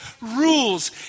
rules